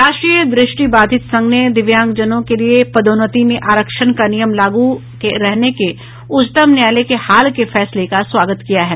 राष्ट्रीय दृष्टिबाधित संघ ने दिव्यांगजनों के लिए पदोन्नति में आरक्षण का नियम लागू रहने के उच्चतम न्यायालय के हाल के फैसले का स्वागत किया है